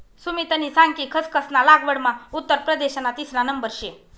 सुमितनी सांग कि खसखस ना लागवडमा उत्तर प्रदेशना तिसरा नंबर शे